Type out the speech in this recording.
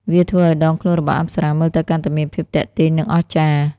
វាធ្វើឱ្យដងខ្លួនរបស់អប្សរាមើលទៅកាន់តែមានភាពទាក់ទាញ និងអស្ចារ្យ។